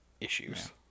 issues